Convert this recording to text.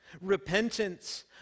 Repentance